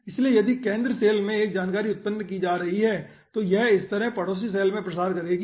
इसलिए यदि केंद्र सैल में एक जानकारी उत्पन्न की जा रही है तो यह इस तरह पड़ोसी सेल में प्रसार करेगी